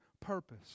purpose